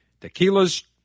Tequilas